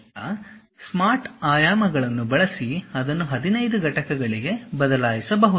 ಈಗ ಸ್ಮಾರ್ಟ್ ಆಯಾಮಗಳನ್ನು ಬಳಸಿ ಅದನ್ನು 15 ಘಟಕಗಳಿಗೆ ಬದಲಾಯಿಸಬಹುದು